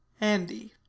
Andy